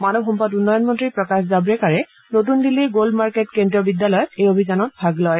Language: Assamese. মানৱ সম্পদ উন্নয়ন মন্ত্ৰী প্ৰকাশ জাল্ৰেকাৰে নতুন দিল্লীৰ গোল্ড মাৰ্কেট কেন্দ্ৰীয় বিদ্যালয়ত এই অভিযানত ভাগ লয়